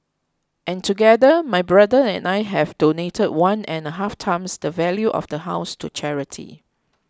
and together my brother and I have donated one and a half times the value of the house to charity